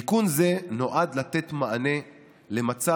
תיקון זה נועד לתת מענה למצב